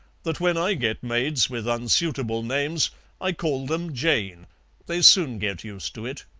that when i get maids with unsuitable names i call them jane they soon get used to it.